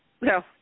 No